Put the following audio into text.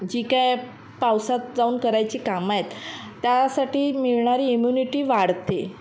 जी काय पावसात जाऊन करायची काम आहेत त्यासाठी मिळणारी इम्युनिटी वाढते